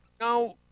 Now